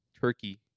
turkey